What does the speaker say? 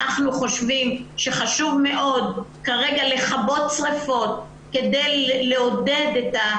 אנחנו חושבים שכרגע חשוב מאוד לכבות שריפות כדי להחזיר